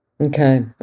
Okay